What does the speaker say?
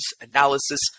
analysis